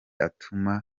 atuma